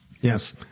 Yes